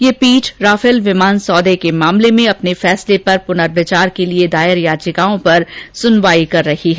यह पीठ राफेल विमान सौदे के मामले में अपने फैसले पर पुनर्विचार के लिए दायर याचिकाओं पर सुनवाई कर रही है